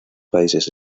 países